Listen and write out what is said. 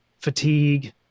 fatigue